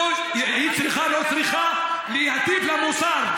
והיא לא צריכה שיטיפו לה מוסר.